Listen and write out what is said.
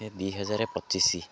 ଦୁଇ ହଜାରେ ପଚିଶ